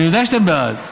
אני יודע שאתם בעד.